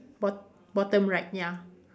bot~ bottom right ya